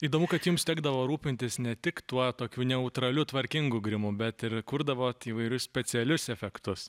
įdomu kad jums tekdavo rūpintis ne tik tuo tokiu neutraliu tvarkingu grimu bet ir kurdavot įvairius specialius efektus